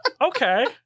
Okay